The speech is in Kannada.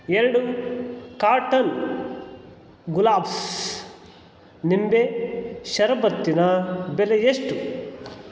ಎರಡು ಕಾರ್ಟನ್ ಗುಲಾಬ್ಸ್ ನಿಂಬೆ ಶರಬತ್ತಿನ ಬೆಲೆ ಎಷ್ಟು